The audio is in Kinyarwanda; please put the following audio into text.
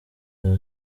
you